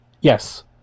Yes